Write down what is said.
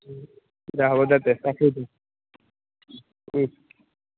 দিয়া হ'ব দিয়া তে ৰাখো ফোন